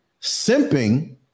simping